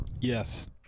Yes